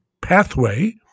pathway